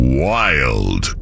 wild